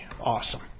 awesome